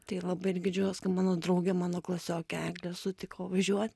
tai labai irgi didžiuojuos kad mano draugė mano klasiokė eglė sutiko važiuot